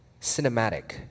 cinematic